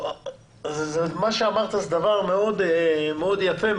מה שאמרת זה דבר מאוד יפה,